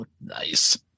Nice